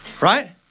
Right